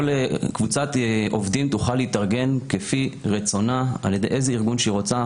קבוצת עובדים תוכל להתארגן כפי רצונה על-ידי איזה ארגון שהיא רוצה.